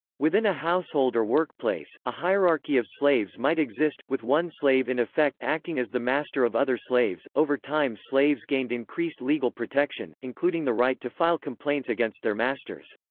within a household or workplace, a hierarchy of slaves might exist with one slave in effect acting as the master of other slaves over time slaves gained increased legal protection, including the right to file complaints against their masters.